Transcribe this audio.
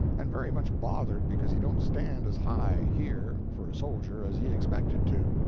and very much bothered because he don't stand as high, here, for a soldier, as he expected to.